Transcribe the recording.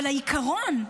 אבל העיקרון,